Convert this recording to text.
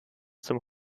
zum